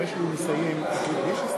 חקיקה להשגת יעדי התקציב לשנים 2013 ו-2014),